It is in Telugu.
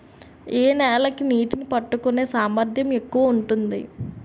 ఏ నేల కి నీటినీ పట్టుకునే సామర్థ్యం ఎక్కువ ఉంటుంది?